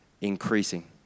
increasing